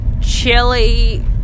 chili